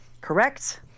Correct